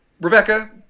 Rebecca